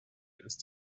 ist